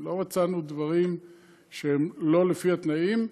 בתנאים, לא מצאנו דברים שהם לא לפי התנאים.